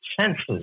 senses